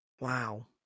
Wow